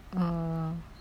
orh